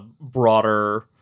broader